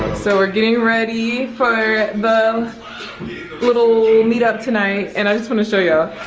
so we're getting ready for the little meetup tonight. and i just want to show y'all,